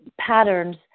patterns